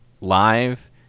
live